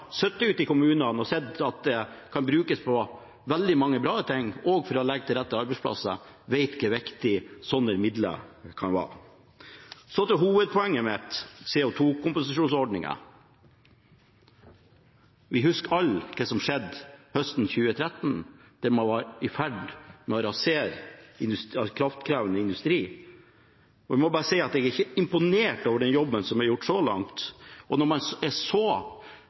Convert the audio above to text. sittet ute i kommunene og sett at det kan brukes til veldig mye bra, også for å legge til rette for arbeidsplasser, vet hvor viktig slike midler kan være. Så til hovedpoenget mitt, CO2-kompensasjonsordningen. Vi husker alle hva som skjedde høsten 2013, da man var i ferd med å rasere kraftkrevende industri. Jeg må bare si at jeg ikke er imponert over den jobben som er gjort så langt. Når man også er så